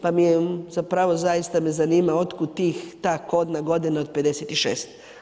Pa mi je zapravo zaista me zanima otkud tih, ta kodna godina od 56.